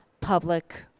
public